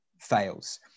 fails